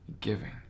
giving